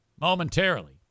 momentarily